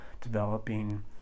developing